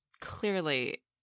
clearly